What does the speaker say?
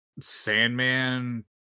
Sandman